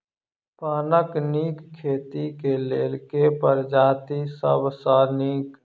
पानक नीक खेती केँ लेल केँ प्रजाति सब सऽ नीक?